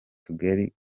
tugari